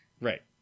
Right